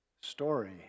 story